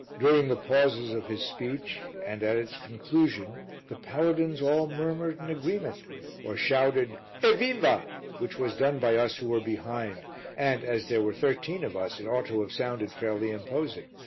during the pauses of his speech and at its conclusion the paladins all murmured in agreement or shouted evviva which was done by us who were behind and, as there were thirteen of us, it ought to have sounded fairly imposing.